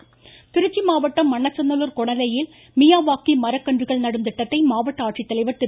Trichy voice Trichy மாவட்டம் மண்ணச்சநல்லூர் கொணலையில் Miyawaki மரக்கன்றுகள் நடும் திட்டத்தை மாவட்ட ஆட்சித்தலைவர் திரு